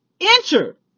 Enter